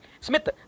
Smith